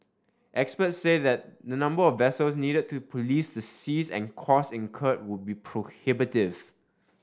experts say that the number of vessels needed to police the seas and costs incurred would be prohibitive